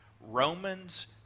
Romans